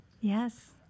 Yes